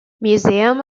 museum